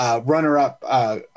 Runner-up